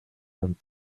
and